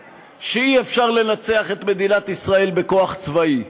שאי-אפשר לנצח את מדינת ישראל בכוח צבאי,